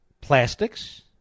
Plastics